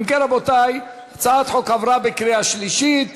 אם כן, רבותי, הצעת החוק עברה בקריאה שלישית